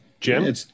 Jim